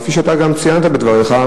כפי שאתה גם ציינת בדבריך,